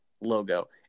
logo